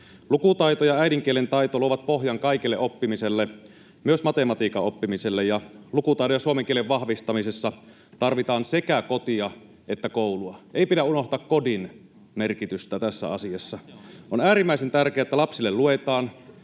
Lukutaito ja äidinkielen taito luovat pohjan kaikelle oppimiselle, myös matematiikan oppimiselle, ja lukutaidon ja suomen kielen vahvistamisessa tarvitaan sekä kotia että koulua. Ei pidä unohtaa kodin merkitystä tässä asiassa. On äärimmäisen tärkeää, että lapsille luetaan,